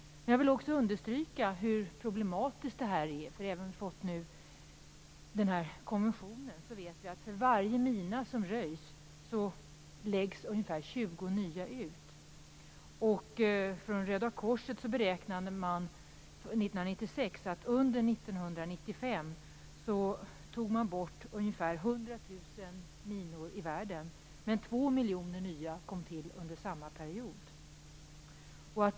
Jag vill också understryka hur problematiskt det här är. Även om vi nu har den här konventionen vet vi att för varje mina som röjs läggs det ut ungefär 20 tog bort ungefär 100 000 minor i världen, men att 2 miljoner nya kom till under samma period.